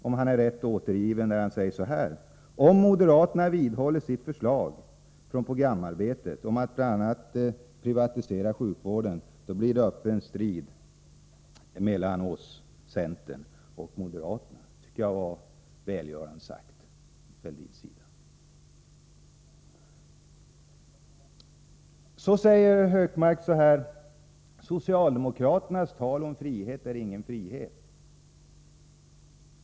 Om han är rätt återgiven säger han så här: Om moderaterna vidhåller sitt förslag från programarbetet om att bl.a. privatisera sjukvården, då blir det öppen strid mellan centern och moderaterna. Det tycker jag var välgörande sagt från Fälldins sida. Gunnar Hökmark säger: Socialdemokraternas tal om frihet innebär ingen frihet.